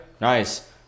Nice